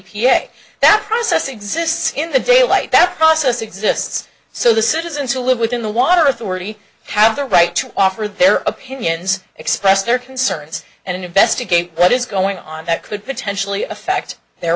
a that process exists in the daylight that process exists so the citizens who live within the water authority have the right to offer their opinions expressed their concerns and investigate what is going on that could potentially affect their